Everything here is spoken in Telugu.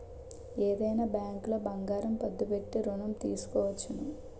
ఏదైనా బ్యాంకులో బంగారం పద్దు పెట్టి ఋణం తీసుకోవచ్చును